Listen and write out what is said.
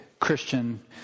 Christian